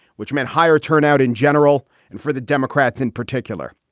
which meant higher turnout in general and for the democrats in particular.